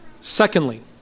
Secondly